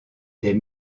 des